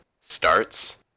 starts